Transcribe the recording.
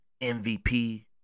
MVP